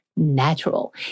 Natural